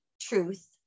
truth